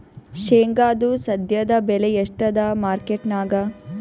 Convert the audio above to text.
ಶೇಂಗಾದು ಸದ್ಯದಬೆಲೆ ಎಷ್ಟಾದಾ ಮಾರಕೆಟನ್ಯಾಗ?